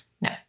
no